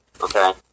Okay